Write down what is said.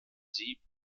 sie